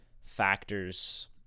factors